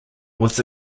was